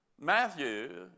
Matthew